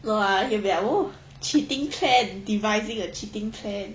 no ah they'll be like oh cheating plan devising a cheating plan